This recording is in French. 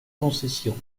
concession